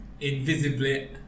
invisibly